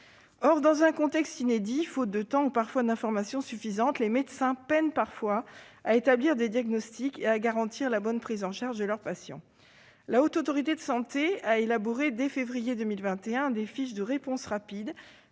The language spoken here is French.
Or, dans un contexte inédit, faute de temps ou, dans certains cas, d'informations suffisantes, les médecins peinent parfois à établir des diagnostics et à garantir la bonne prise en charge de leurs patients. La Haute Autorité de santé a élaboré, dès février 2021, des fiches de « réponses rapides